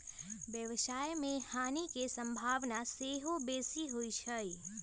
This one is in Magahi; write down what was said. व्यवसाय में हानि के संभावना सेहो बेशी होइ छइ